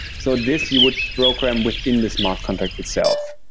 so this you would program within the smart contract itself.